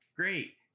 Great